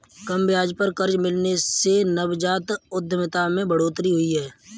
कम ब्याज पर कर्ज मिलने से नवजात उधमिता में बढ़ोतरी हुई है